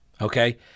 okay